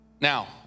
Now